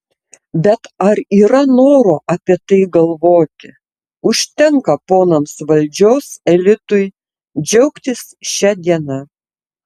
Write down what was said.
bet ar yra noro apie tai galvoti užtenka ponams valdžios elitui džiaugtis šia diena